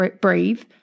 breathe